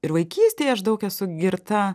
ir vaikystėje aš daug esu girta